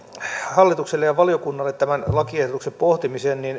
hallitukselle ja valiokunnalle tämän lakiehdotuksen pohtimiseen